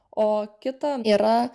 o kita yra